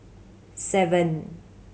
seven